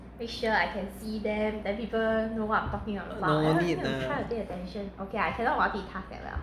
no need lah